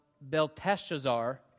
Belteshazzar